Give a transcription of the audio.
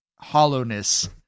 hollowness